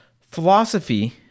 philosophy